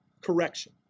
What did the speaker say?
correction